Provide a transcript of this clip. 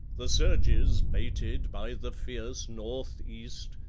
the surges baited by the fierce north-east,